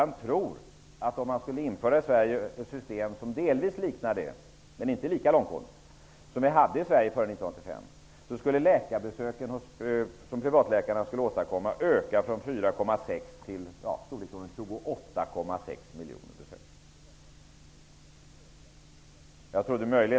Han tror att om man skulle införa ett system som delvis liknar det system som vi hade i Sverige före 1985 men som inte är lika långtgående, skulle besöken hos privatläkarna som i dag är 4,5 miljoner per år fördubblas och leda till totalt 28,5 miljoner besök.